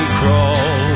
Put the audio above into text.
crawl